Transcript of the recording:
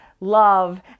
love